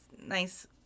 nice